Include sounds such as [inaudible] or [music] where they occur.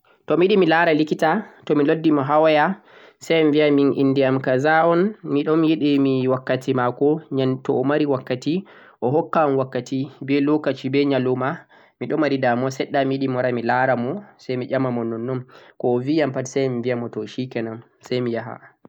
to mi yiɗi mi laara likita, to mi noddi mo h waya, say mi biya min innde yam 'kaza' un mi ɗon yi [hesitation] wakkati maako, [hesitation] to o mari wakkati, o hokka am wakkati be 'lokaci,' be nyalowma, mi ɗo mari damuwa feere, mi wara mi laara mo, say mi ƴama mo nonnon, ko o bi yam pat say mi biya mo to 'shikenan' say mi yaha.